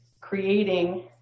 creating